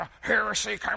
Heresy